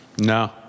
No